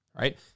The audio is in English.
right